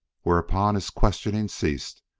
whereupon his questioning ceased,